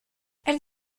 elle